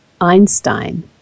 Einstein